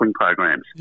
programs